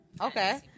Okay